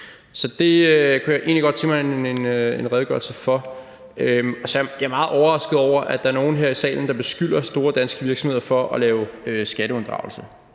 Så det kunne jeg egentlig godt tænke mig en redegørelse for. Og så er jeg meget overrasket over, at der er nogle her i salen, der beskylder store danske virksomheder for at lave skatteunddragelse.